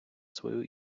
свою